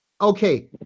Okay